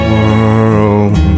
world